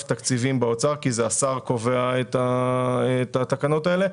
התקציבים באוצר כי השר קובע את התקנות האלה,